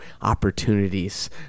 opportunities